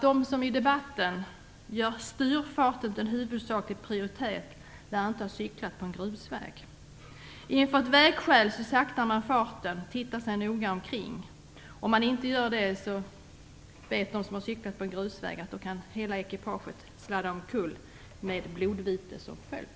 De som i debatten gör styrfarten till huvudsaklig prioritet, har nog inte cyklat på en grusväg. Inför ett vägskäl saktar man farten och tittar sig noga omkring. Om man inte gör det - det vet de som har cyklat på en grusväg - kan hela ekipaget sladda omkull, med blodvite som följd.